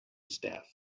staff